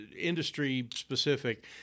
industry-specific